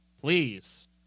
Please